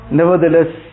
nevertheless